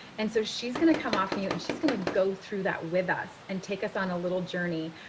and so she's going to come off of and you and she's going to go through that with us and take us on a little journey.